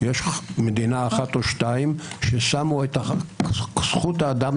שעשו שינוי בסדרי עולם,